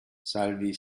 salvi